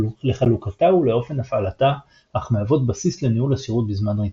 לחלוקתה ולאופן הפעלתה אך מהוות בסיס לניהול השירות בזמן ריצה.